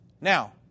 Now